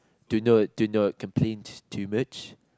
do not do not complain too much